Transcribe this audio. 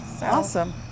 Awesome